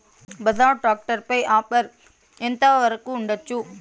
Bajaj tractor పై offer ఎంత వరకు ఉండచ్చు?